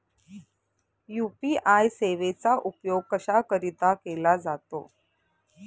UPI सेवेचा उपयोग कशाकरीता केला जातो?